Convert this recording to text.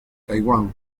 taiwán